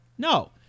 No